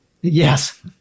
Yes